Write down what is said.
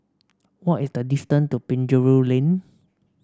what is the distance to Penjuru Lane